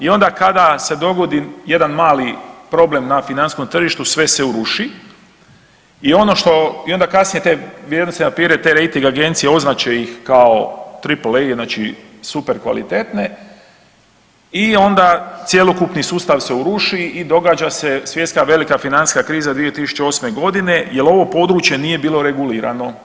I onda kada se dogodi jedan mali problem na financijskom tržištu, sve se uruši i ono što, i onda kasnije te vrijednosne papire te rejting agencije označe ih kao tripl A, znači super kvalitetne i onda cjelokupni sustav se uruši i događa se svjetska velika financijska kriza 2008. godine, jer ovo područje nije bilo regulirano.